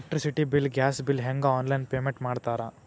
electricity bill gas bill ಹೆಂಗ online payment ಮಾಡ್ತಾರಾ